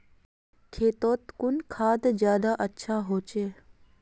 खेतोत कुन खाद ज्यादा अच्छा होचे?